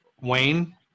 Wayne